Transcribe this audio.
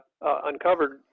uncovered